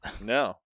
No